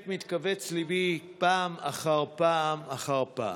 האמת, מתכווץ ליבי פעם אחר פעם אחר פעם.